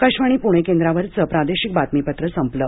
आकाशवाणी पुणे केंद्रावरचं प्रादेशिक बातमीपत्र संपलं